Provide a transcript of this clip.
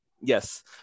Yes